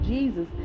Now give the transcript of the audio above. Jesus